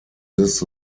this